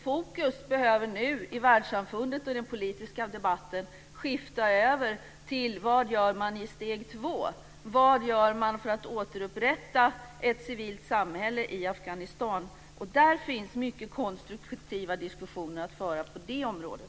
Fokus behöver nu i världssamfundet och den politiska debatten skifta över till vad man gör i steg två. Afghanistan? Det finns mycket konstruktiva diskussioner att föra på det området.